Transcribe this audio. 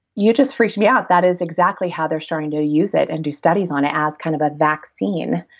you just freaked me out. that is exactly how they're starting to use it and do studies on it as kind of a vaccine,